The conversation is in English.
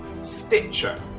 Stitcher